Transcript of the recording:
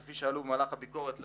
כפי שעלו במהלך הביקורת,